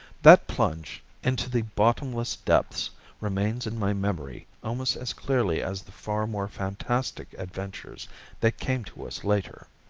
that plunge into the bottomless depths remains in my memory almost as clearly as the far more fantastic adventures that came to us later.